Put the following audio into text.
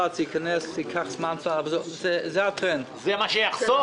זה מה שיחסוך?